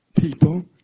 people